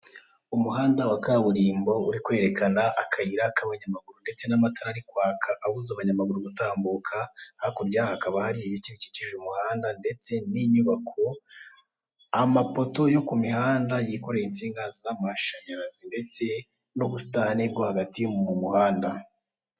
Umuhanda wa kaburimbo uri kwerekana akayira k'abanyamaguru ndetse n'amatara ari kwaka abuza abanyamaguru gutambuka, hakurya yaho hakaba hari ibiti bikikije umuhanda ndetse n'inyubako, amapoto yo ku mihanda yikoreye insinga z'amashanyarazi ndetse n'ubusitani bwo hagati mu muhanda.